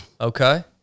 Okay